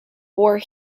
war